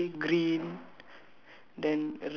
uh I think grey green